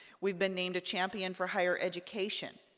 we've been named a champion for higher education.